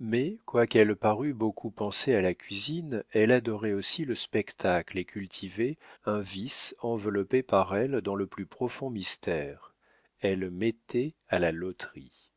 mais quoiqu'elle parût beaucoup penser à la cuisine elle adorait aussi le spectacle et cultivait un vice enveloppé par elle dans le plus profond mystère elle mettait à la loterie